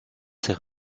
ses